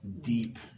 deep